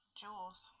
jewels